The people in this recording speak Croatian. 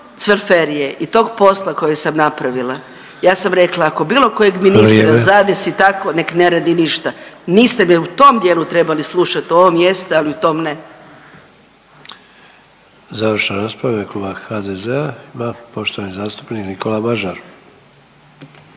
Cvelferije i tog posla kojeg sam napravila, ja sam rekla, ako bilo kojeg ministra zadesi .../Upadica: Vrijeme./... tako, nek ne radi ništa. Niste me u tom dijelu trebali slušati, u ovom jeste, ali u tom ne.